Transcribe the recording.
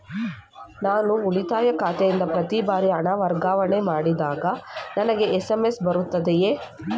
ನನ್ನ ಉಳಿತಾಯ ಖಾತೆಯಿಂದ ಪ್ರತಿ ಬಾರಿ ಹಣ ವರ್ಗಾವಣೆ ಮಾಡಿದಾಗ ನನಗೆ ಎಸ್.ಎಂ.ಎಸ್ ಬರುತ್ತದೆಯೇ?